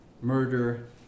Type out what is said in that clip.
murder